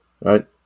right